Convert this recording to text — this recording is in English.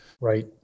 Right